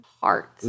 heart